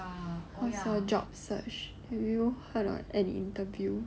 how's your job search have you heard of any interview